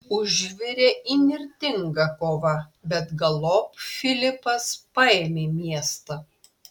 užvirė įnirtinga kova bet galop filipas paėmė miestą